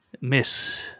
Miss